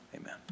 amen